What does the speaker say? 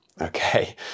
Okay